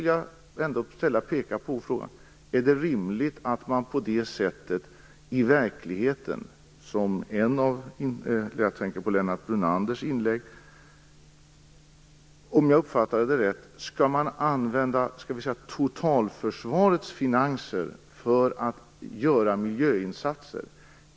Jag tänker på Lennart Brunanders inlägg: Är det rimligt att använda totalförsvarets finanser för miljöinsatser?